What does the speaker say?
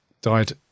died